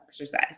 exercise